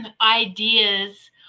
ideas